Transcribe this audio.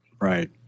right